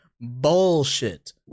bullshit